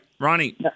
Ronnie